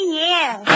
years